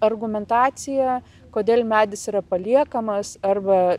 argumentacija kodėl medis yra paliekamas arba